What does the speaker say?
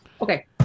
Okay